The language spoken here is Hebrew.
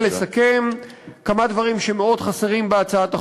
ולסכם, כמה דברים שמאוד חסרים בהצעת החוק: